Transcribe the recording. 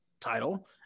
title